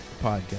podcast